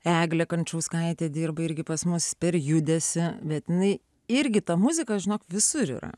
eglė kančauskaitė dirba irgi pas mus per judesį bet jinai irgi ta muzika žinok visur yra